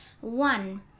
One